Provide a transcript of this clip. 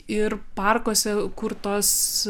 ir parkuose kurtos